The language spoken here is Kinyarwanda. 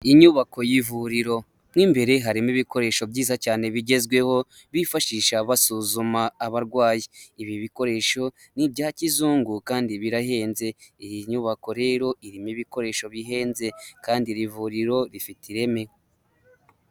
Inyubako y'ivuriro mo imbere harimo ibikoresho byiza cyane bigezweho bifashisha basuzuma abarwayi. Ibi bikoresho ni ibya kizungu kandi birahenze. Iyi nyubako rero irimo ibikoresho bihenze kandi iri vuriro rifite ireme.